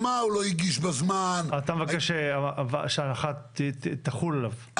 אתה מבקש שההנחה תחול עליו, על הקרן.